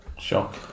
Shock